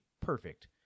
perfect